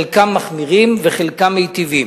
חלקם מחמירים וחלקם מיטיבים.